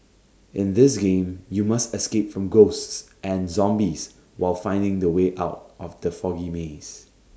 in this game you must escape from ghosts and zombies while finding the way out of the foggy maze